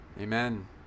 Amen